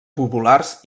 populars